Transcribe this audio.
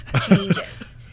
changes